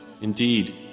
Indeed